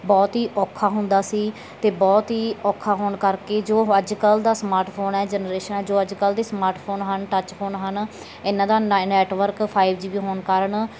ਬਹੁਤ ਹੀ ਔਖਾ ਹੁੰਦਾ ਸੀ ਅਤੇ ਬਹੁਤ ਹੀ ਔਖਾ ਹੋਣ ਕਰਕੇ ਜੋ ਅੱਜ ਕੱਲ੍ਹ ਦਾ ਸਮਾਰਟਫੋਨ ਹੈ ਜਨਰੇਸ਼ਨ ਹੈ ਜੋ ਅੱਜ ਕੱਲ੍ਹ ਦੇ ਸਮਾਰਟਫੋਨ ਹਨ ਟੱਚ ਫੋਨ ਹਨ ਇਹਨਾਂ ਦਾ ਨੈੱਟਵਰਕ ਫਾਈਵ ਜੀ ਬੀ ਹੋਣ ਕਾਰਨ